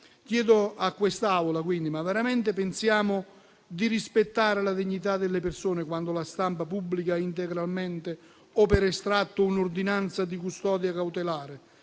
quindi a quest'Aula se veramente pensiamo di rispettare la dignità delle persone quando la stampa pubblica integralmente o per estratto un'ordinanza di custodia cautelare,